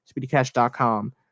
SpeedyCash.com